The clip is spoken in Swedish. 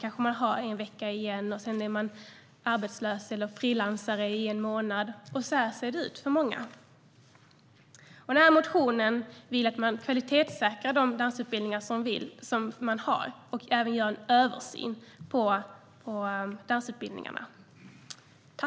Kanske får man ännu en veckas jobb innan man åter blir arbetslös och får frilansa under en månad. Så ser det ut för många. I motionen föreslås att de dansutbildningar som finns kvalitetssäkras och att det även görs en översyn av dansutbildningarna.